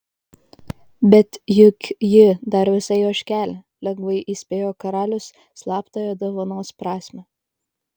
bet juk ji dar visai ožkelė lengvai įspėjo karalius slaptąją dovanos prasmę